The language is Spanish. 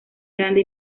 grande